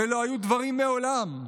ולא היו דברים מעולם,